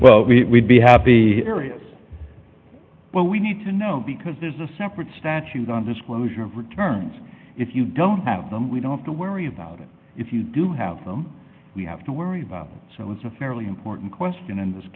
you we be happy well we need to know because there's a separate statute on disclosure of returns if you don't have them we don't have to worry about it if you do have them we have to worry about so it's a fairly important question in this